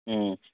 ꯎꯝ